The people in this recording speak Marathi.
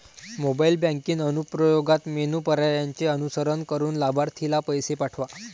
मोबाईल बँकिंग अनुप्रयोगात मेनू पर्यायांचे अनुसरण करून लाभार्थीला पैसे पाठवा